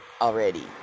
already